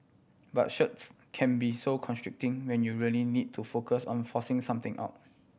but shirts can be so constricting when you really need to focus on forcing something out